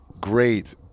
great